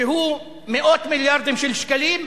שהוא מאות מיליארדים של שקלים,